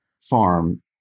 farm